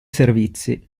servizi